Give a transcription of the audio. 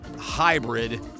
hybrid